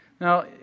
Now